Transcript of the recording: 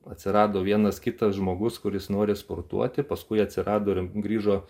atsirado vienas kitas žmogus kuris nori sportuoti paskui atsirado ir grįžo